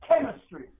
chemistry